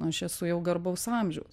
aš esu jau garbaus amžiaus